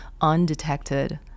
undetected